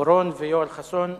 אורון ויואל חסון,